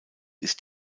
ist